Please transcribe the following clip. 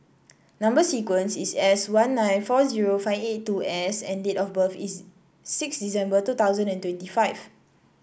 number sequence is S one nine four zero five eight two S and date of birth is six December two thousand and twenty five